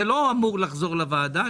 זה לא אמור לחזור לוועדה,